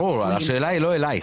ברור, השאלה היא לא אליך.